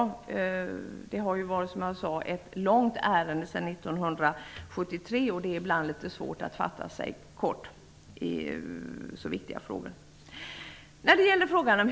Ärendet har ju behandlats sedan 1973, och det är ibland svårt att fatta sig kort i så viktiga frågor.